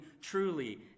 truly